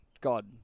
God